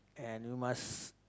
and you must